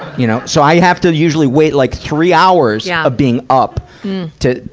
you know? so i have to usually wait like three hours yeah of being up to,